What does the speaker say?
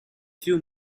few